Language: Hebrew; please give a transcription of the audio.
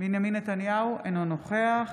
בנימין נתניהו, אינו נוכח